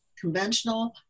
conventional